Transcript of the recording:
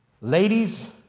Ladies